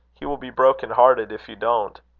he will be broken-hearted if you don't.